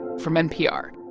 from npr